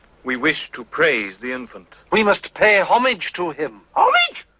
we wish to praise the infant. we must pay homage to him. homage,